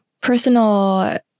personal